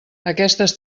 aquestes